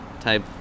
Type